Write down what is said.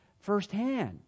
firsthand